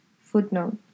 Footnote